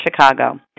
Chicago